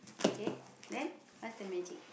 okay then what's the magic